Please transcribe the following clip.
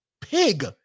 pig